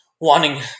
wanting